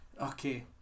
okay